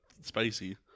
spicy